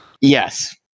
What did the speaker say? yes